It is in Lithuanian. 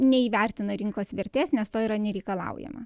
neįvertina rinkos vertės nes to yra nereikalaujama